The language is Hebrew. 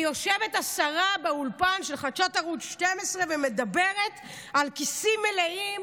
יושבת השרה באולפן של חדשות ערוץ 12 ומדברת על כיסים מלאים.